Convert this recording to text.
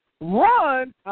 run